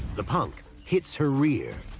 the punk hits her rear,